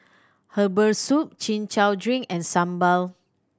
herbal soup Chin Chow drink and sambal